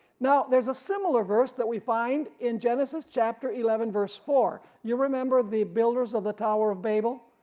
now there's a similar verse that we find in genesis chapter eleven verse four, you remember the builders of the tower of babel,